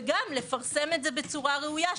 וגם לפרסם את זה בצורה ראויה.